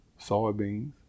soybeans